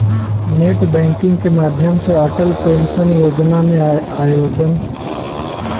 net banking के माध्यम से अटल पेंशन योजना में आवेदन करल जा सकला